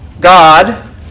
God